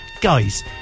Guys